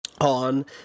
on